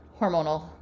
hormonal